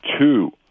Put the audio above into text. two